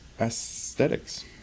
aesthetics